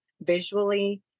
visually